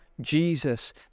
Jesus